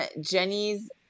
jenny's